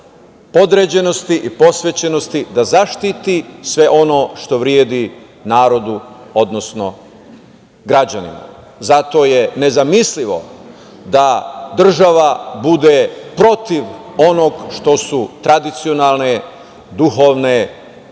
podređenosti i posvećenosti da zaštiti sve ono što vredi narodu, odnosno građanima. Zato je nezamislivo da država bude protiv onog što su tradicionalne, duhovne,